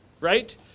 right